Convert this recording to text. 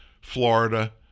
Florida